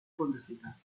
bundesliga